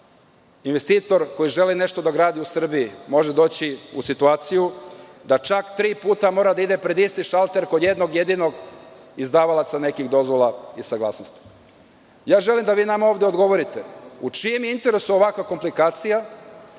investitor koji želi nešto da gradi u Srbiji može doći u situaciju da čak tri puta mora da ide pred isti šalter kod jednog jedinog izdavalaca nekih dozvola i saglasnosti. Želim da vi nama ovde odgovorite – u čijem je interesu ovakva komplikacija